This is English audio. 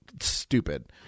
Stupid